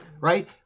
right